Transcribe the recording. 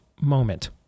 moment